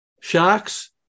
Sharks